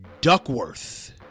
Duckworth